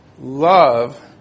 love